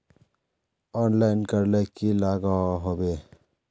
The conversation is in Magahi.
ऑनलाइन करले की लागोहो होबे?